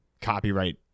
copyright